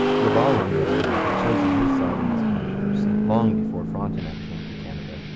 laval, on the other hand, had chosen his side in this controversy long before frontenac came to canada,